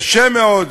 קשה מאוד